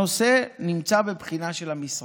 הנושא נמצא בבחינה של המשרד.